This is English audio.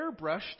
airbrushed